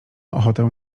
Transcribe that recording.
ochotę